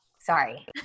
Sorry